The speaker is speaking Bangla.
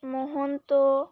মহন্ত